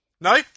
No